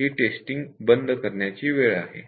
ही testing बंद करण्याची वेळ आहे